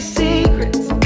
secrets